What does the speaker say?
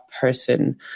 person